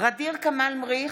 ע'דיר כמאל מריח,